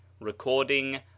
recording